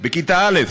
בכיתה א',